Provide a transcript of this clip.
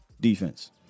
defense